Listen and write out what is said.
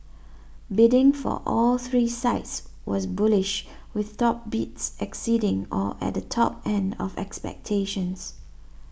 bidding for all three sites was bullish with top bids exceeding or at the top end of expectations